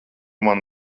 mani